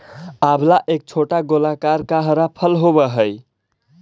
आंवला एक छोटा गोलाकार का हरा फल होवअ हई